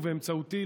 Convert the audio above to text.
ובאמצעותי,